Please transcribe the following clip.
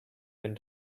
been